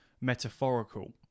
metaphorical